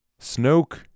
Snoke